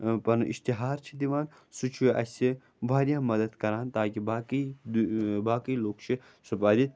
پَنُن اِشتِہار چھِ دِوان سُہ چھُ اَسہِ تہِ واریاہ مَدَتھ کران تاکہِ باقٕے باقٕے لوٗکھ چھِ سُہ پَرِ